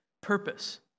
purpose